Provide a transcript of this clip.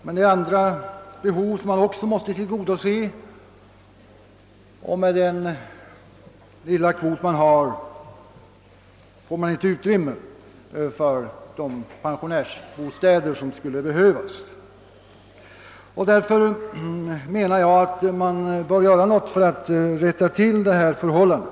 Det finns andra behov som också måste tillgodoses, och kvoten ger inte utrymme för byggande av de pensionärsbostäder, som skulle behövas. Enligt min mening måste något göras för att rätta till detta förhållande.